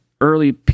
early